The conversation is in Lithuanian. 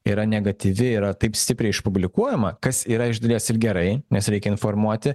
yra negatyvi yra taip stipriai išpublikuojama kas yra iš dalies ir gerai nes reikia informuoti